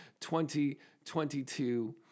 2022